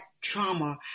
trauma